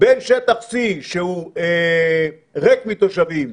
בין שטח C, שהוא ריק מתושבים,